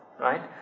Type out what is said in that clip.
Right